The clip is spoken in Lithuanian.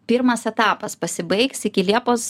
pirmas etapas pasibaigs iki liepos